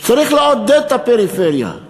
שצריך לעודד את הפריפריה,